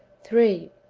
three.